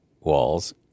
walls